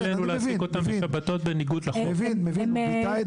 אני מבין.